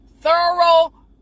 thorough